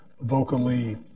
vocally